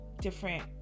different